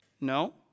No